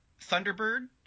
Thunderbird